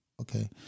Okay